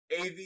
AV